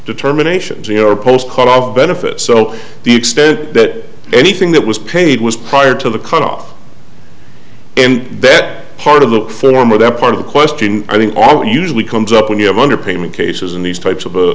determinations you know or post cut off benefits so the extent that anything that was paid was prior to the cut off in that part of the former that part of the question i think all usually comes up when you have underpayment cases and these types